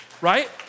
right